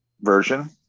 version